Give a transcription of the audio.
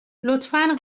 لطفا